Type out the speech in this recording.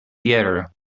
theater